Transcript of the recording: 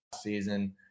season